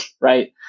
right